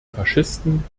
faschisten